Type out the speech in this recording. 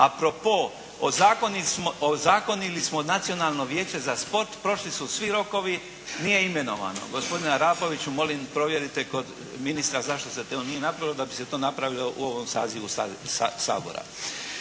pro pos ozakonili smo Nacionalno vijeće za sport, prošli su svi rokovi, nije imenovano. Gospodine Arapoviću, molim vas provjerite kod ministra zašto se to nije napravilo da bi se to napravilo sazivu Sabora.